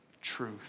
truth